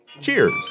Cheers